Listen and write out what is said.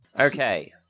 Okay